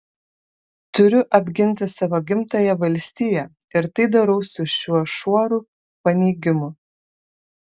turiu apginti savo gimtąją valstiją ir tai darau su šiuo šuoru paneigimų